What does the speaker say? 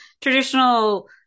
traditional